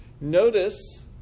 notice